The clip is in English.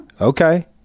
Okay